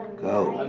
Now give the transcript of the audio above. go.